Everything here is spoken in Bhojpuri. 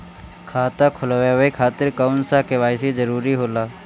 खाता खोलवाये खातिर कौन सा के.वाइ.सी जरूरी होला?